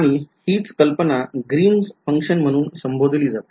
आणि हीच कल्पना ग्रीनस फंक्शन म्हणून संबोधली जाते